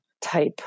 type